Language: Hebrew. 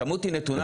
הכמות היא נתונה.